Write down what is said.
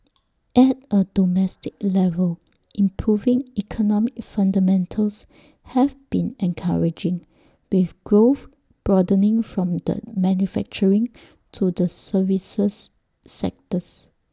at A domestic level improving economic fundamentals have been encouraging with growth broadening from the manufacturing to the services sectors